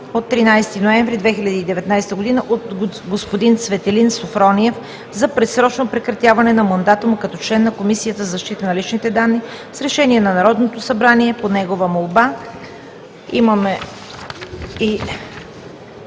от 13 ноември 2019 г., от господин Цветелин Софрониев за предсрочно прекратяване на мандата му като член на Комисията за защита на личните данни с решение на Народното събрание по негова молба.“